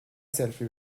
سلفی